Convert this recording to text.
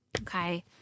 Okay